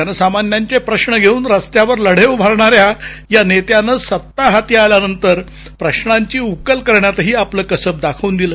जनसामान्यांचे प्रश्न घेऊन रस्त्यावर लढे उभारणाऱ्या या नेत्यानं सत्ता हाती आल्यानंतर प्रश्रांची उकल करण्यातही आपलं कसब दाखवून दिलं